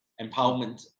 empowerment